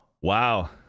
Wow